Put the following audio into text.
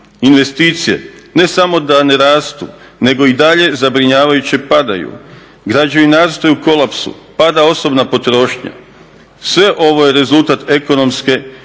Investicije, ne samo da ne rastu nego i dalje zabrinjavajuće padaju. Građevinarstvo je u kolapsu, pada osobna potrošnja. Sve ovo je rezultat ekonomske i ne